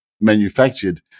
manufactured